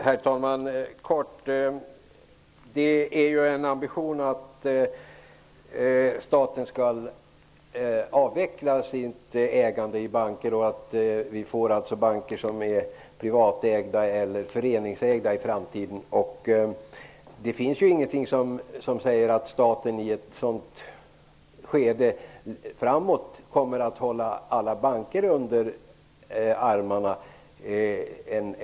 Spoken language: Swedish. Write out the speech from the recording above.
Herr talman! Ambitionen är den att staten skall avveckla sitt ägande i banker och att vi i framtiden får banker som är privat ller föreningsägda. Det finns ingenting som säger att staten kommer att hålla alla banker under armarna i ett skede framåt.